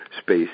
space